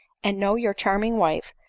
and know your charming wife,